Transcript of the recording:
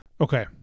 Okay